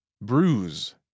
Bruise